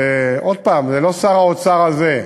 עוד פעם, זה לא שר האוצר הזה.